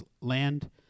land